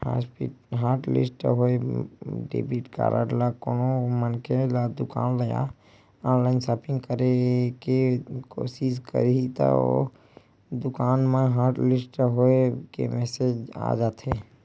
hotlist होए debit card ले कोनो मनखे दुकान या ऑनलाईन सॉपिंग करे के कोसिस करही त ओ दुकान म हॉटलिस्ट होए के मेसेज आ जाथे